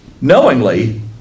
knowingly